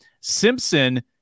Simpson